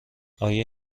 آیا